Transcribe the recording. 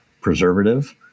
preservative